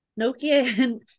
Nokia